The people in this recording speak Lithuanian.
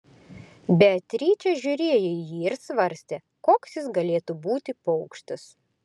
beatričė žiūrėjo į jį ir svarstė koks jis galėtų būti paukštis